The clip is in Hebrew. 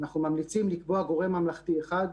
אנחנו ממליצים לקבוע גורם ממלכתי אחד,